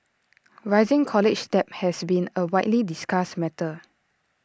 rising college debt has been A widely discussed matter